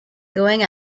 going